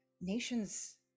nations